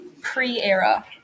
pre-era